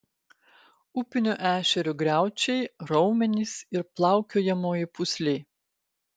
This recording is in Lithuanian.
upinio ešerio griaučiai raumenys ir plaukiojamoji pūslė